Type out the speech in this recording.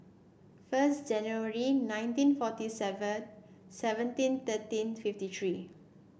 first January nineteen forty seven seventeen thirteen fifty three